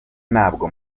ntabwo